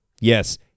Yes